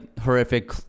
horrific